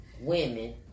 women